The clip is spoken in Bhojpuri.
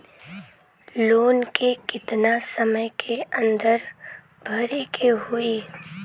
लोन के कितना समय के अंदर भरे के होई?